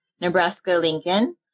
Nebraska-Lincoln